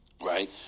right